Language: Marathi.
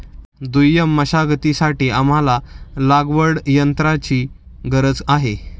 दुय्यम मशागतीसाठी आम्हाला लागवडयंत्राची गरज आहे